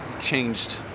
changed